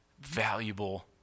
valuable